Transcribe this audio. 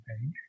page